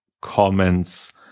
comments